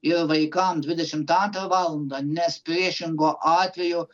ir vaikam dvidešimt antrą valandą nes priešingu atveju